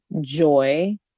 joy